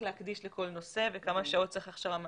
להקדיש לכל נושא וכמה שעות צריך הכשרה מעשית.